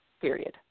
Period